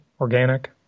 organic